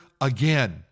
again